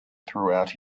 throughout